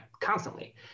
constantly